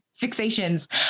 fixations